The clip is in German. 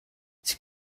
sie